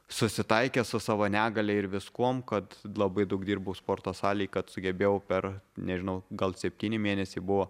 susitaikęs su savo negalia ir viskuo kad labai daug dirbau sporto salėj kad sugebėjau per nežinau gal septyni mėnesiai buvo